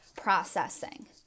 processing